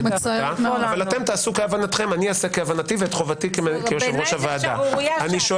אתם תעשו כהבנתכם ואני אעשה כהבנתי וחובתי כיושב-ראש הוועדה.